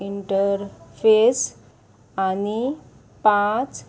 interface आनी पांच